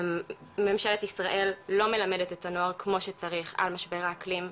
ממשלת ישראל לא מלמדת את הנוער כמו שצריך על משבר האקלים.